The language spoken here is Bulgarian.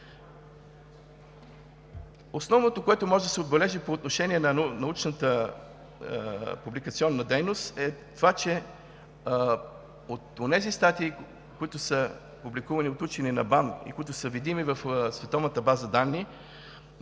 Основното, което може да се отбележи по отношение на научната публикационна дейност, е, че от онези статии, които са публикувани от учени на БАН и които са видими в световната база данни,